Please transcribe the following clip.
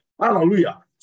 Hallelujah